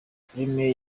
premien